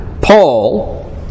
Paul